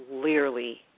clearly